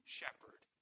shepherd